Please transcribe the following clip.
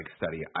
study